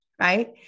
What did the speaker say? right